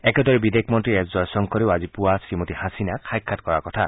একেদৰে বিদেশ মন্ত্ৰী এছ জয়শংকৰেও আজি পুৱা শ্ৰীমতী হাছিনাক সাক্ষাৎ কৰাৰ কথা